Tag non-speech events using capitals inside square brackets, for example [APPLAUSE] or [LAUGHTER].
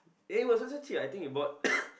eh it was not so cheap I think you bought [COUGHS]